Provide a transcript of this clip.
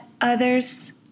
others